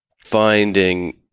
finding